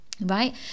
right